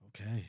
okay